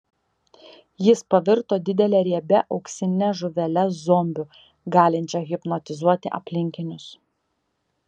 jis pavirto didele riebia auksine žuvele zombiu galinčia hipnotizuoti aplinkinius